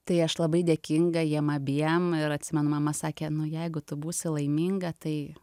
tai aš labai dėkinga jiem abiem ir atsimenu mama sakė nu jeigu tu būsi laiminga tai